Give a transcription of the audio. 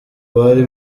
bari